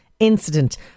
incident